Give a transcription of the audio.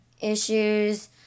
issues